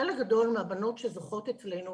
חלק גדול מהבנות שזוכות אצלינו,